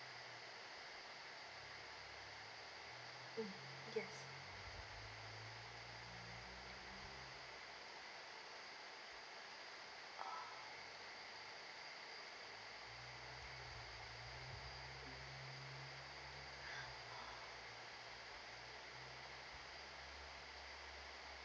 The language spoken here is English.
mm yes orh